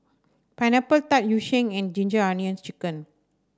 Pineapple Tart Yu Sheng and Ginger Onions chicken